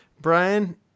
Brian